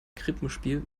krippenspiel